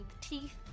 teeth